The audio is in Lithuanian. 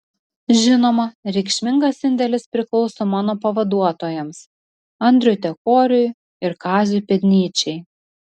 žinoma reikšmingas indėlis priklauso mano pavaduotojams andriui tekoriui ir kaziui pėdnyčiai